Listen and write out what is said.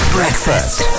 Breakfast